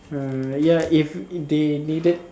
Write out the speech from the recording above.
mm ya if they needed